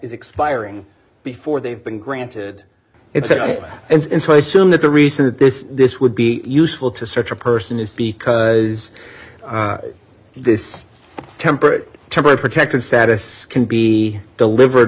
is expiring before they've been granted it said and so i assume that the reason that this this would be useful to such a person is because this temperate temporary protected status can be delivered